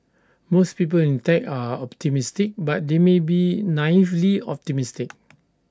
most people in tech are optimistic but they may be naively optimistic